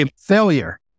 Failure